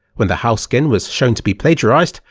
when the howl skin was shown to be plagiarised,